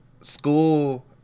school